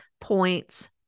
points